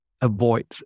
avoid